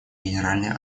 генеральной